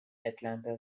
atlanta